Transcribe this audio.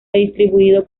distribuido